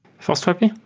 for strapi?